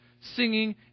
singing